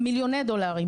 מיליוני דולרים.